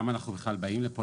למה אנחנו בכלל באים לפה?